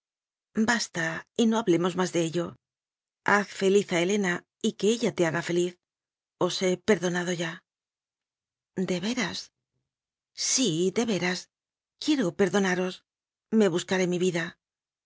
basta y no hablemos más de ello haz feliz a helena y que ella te haga feliz os k he perdonado ya de verás sí de veras quiero perdonaros me buscaré mi vida